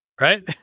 right